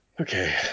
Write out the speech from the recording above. Okay